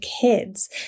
kids